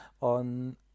on